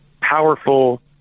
powerful